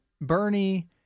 bernie